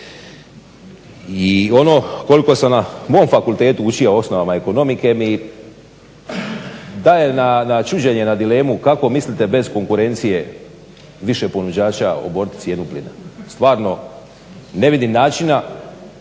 I ono koliko se na mom fakultetu oči o osnovama ekonomike mi daje na čuđenje na dilemu kako mislite bez konkurencije više ponuđača oboriti cijenu plina. Stvarno ne vidim načina.